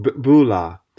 Bula